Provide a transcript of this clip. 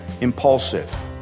impulsive